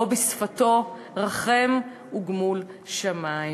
או בשפתו: "רחם וגמול שמים".